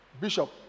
Bishop